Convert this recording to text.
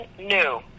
new